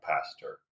pastor